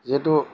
যিহেতু